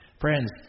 Friends